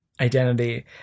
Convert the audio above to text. identity